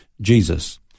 Jesus